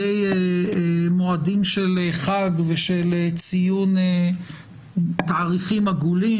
מועדים של חג ושל ציון תאריכים עגולים,